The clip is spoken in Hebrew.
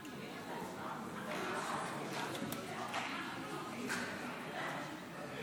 ותבוא לדיון בוועדת החוץ והביטחון לצורך הכנתה לקריאה הראשונה.